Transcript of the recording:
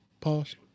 Pause